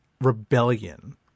rebellion